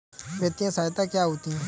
वित्तीय सहायता क्या होती है?